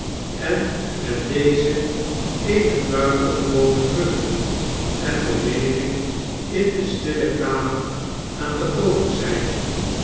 en met deze eene buitengewone drukte en beweging in de stille kamer aan de overzgde